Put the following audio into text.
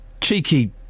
Cheeky